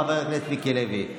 חבר הכנסת מיקי לוי,